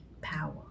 power